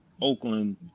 Oakland